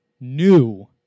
new